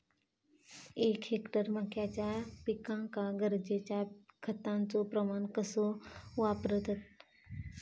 एक हेक्टर मक्याच्या पिकांका गरजेच्या खतांचो प्रमाण कसो वापरतत?